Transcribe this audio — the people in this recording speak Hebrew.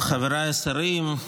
חבריי השרים,